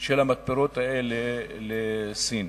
של המתפרות האלה לסין.